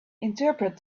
interpret